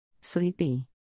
Sleepy